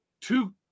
two